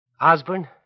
Osborne